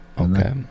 Okay